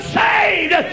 saved